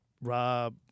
rob